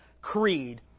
creed